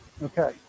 Okay